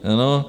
Ano?